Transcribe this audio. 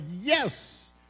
yes